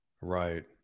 Right